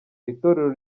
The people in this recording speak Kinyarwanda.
itorero